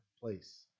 place